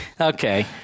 Okay